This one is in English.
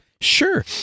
Sure